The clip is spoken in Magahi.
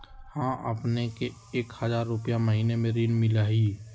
हां अपने के एक हजार रु महीने में ऋण मिलहई?